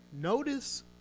Notice